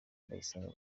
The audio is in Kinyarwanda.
ndayisenga